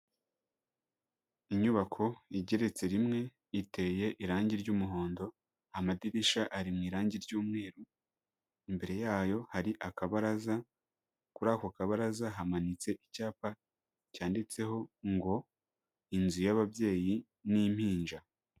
Inyubako igeretse rimwe, iteye irangi ry'umuhondo, amadirisa ari mu irangi ry'umweru, imbere yayo hari akabaraza, kuri ako kabaraza hamanitse icyapa cyanditseho ngo " Inzu y'ababyeyi n'impinja".